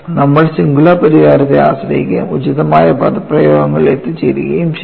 നമ്മൾ സിംഗുലാർ പരിഹാരത്തെ ആശ്രയിക്കുകയും ഉചിതമായ പദപ്രയോഗങ്ങളിൽ എത്തിച്ചേരുകയും ചെയ്യും